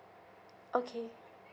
okay